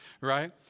right